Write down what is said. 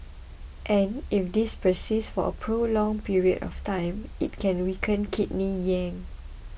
and if this persists for a prolonged period of time it can weaken kidney yang